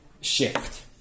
shift